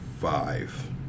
five